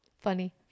funny